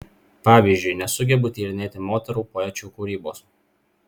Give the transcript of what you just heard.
pavyzdžiui nesugebu tyrinėti moterų poečių kūrybos